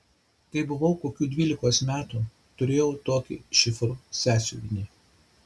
kai buvau kokių dvylikos metų turėjau tokį šifrų sąsiuvinį